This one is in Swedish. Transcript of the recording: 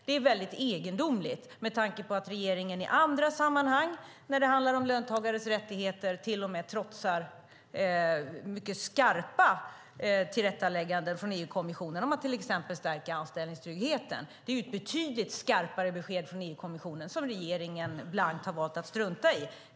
Det är väldigt egendomligt, med tanke på att regeringen i andra sammanhang när det handlar om löntagares rättigheter till och med trotsar mycket skarpa tillrättalägganden från EU-kommissionen om att till exempel stärka anställningstryggheten. Det är ju ett betydligt skarpare besked från EU-kommissionen som regeringen har valt att strunta blankt i.